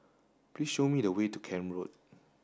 please show me the way to Camp Road